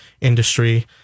industry